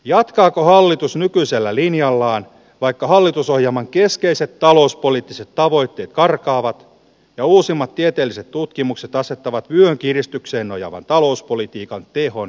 jatkaako hallitus nykyisellä linjallaan vaikka hallitusohjelman keskeiset talouspoliittiset tavoitteet karkaavat ja uusimmat tieteelliset tutkimukset asettavat vyönkiristykseen nojaavan talouspolitiikan tehon